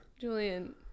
Julian